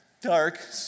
dark